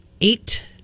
Eight